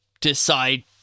decide